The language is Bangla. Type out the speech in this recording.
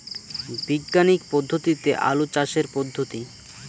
বিজ্ঞানিক পদ্ধতিতে আলু চাষের পদ্ধতি?